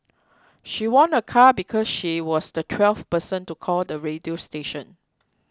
she won a car because she was the twelfth person to call the radio station